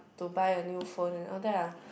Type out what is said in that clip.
to buy a new phone all that ah